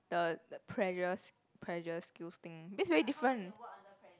the pressure pressure skills thing that's very different